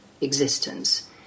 existence